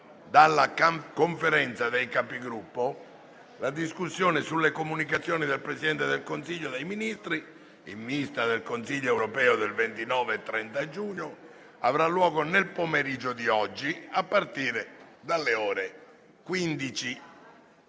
dalla Conferenza dei Capigruppo, la discussione sulle comunicazioni del Presidente del Consiglio dei ministri, in vista del Consiglio europeo del 29 e 30 giugno, avrà luogo nel pomeriggio di oggi a partire dalle ore 15,30.